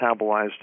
metabolized